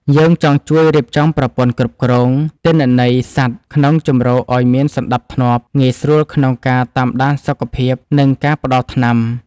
យើងចង់ជួយរៀបចំប្រព័ន្ធគ្រប់គ្រងទិន្នន័យសត្វក្នុងជម្រកឱ្យមានសណ្ដាប់ធ្នាប់ងាយស្រួលក្នុងការតាមដានសុខភាព និងការផ្ដល់ថ្នាំ។